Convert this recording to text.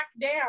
down